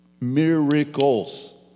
miracles